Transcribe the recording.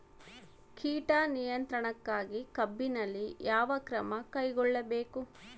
ಕೇಟ ನಿಯಂತ್ರಣಕ್ಕಾಗಿ ಕಬ್ಬಿನಲ್ಲಿ ಯಾವ ಕ್ರಮ ಕೈಗೊಳ್ಳಬೇಕು?